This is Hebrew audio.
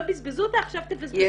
לא בזבזו אותה ועכשיו תבזבזו אותה.